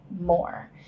more